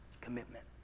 commitment